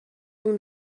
اون